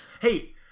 hey